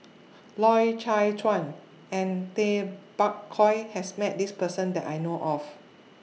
Loy Chye Chuan and Tay Bak Koi has Met This Person that I know of